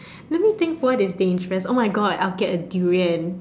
let me think what is dangerous !oh-my-God! I would get a durian